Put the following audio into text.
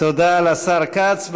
תודה לשר כץ.